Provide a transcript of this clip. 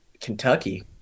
Kentucky